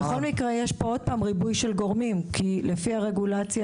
יש פה עוד פעם ריבוי של גורמים; לפי הרגולציה